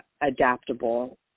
adaptable